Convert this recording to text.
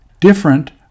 different